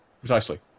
precisely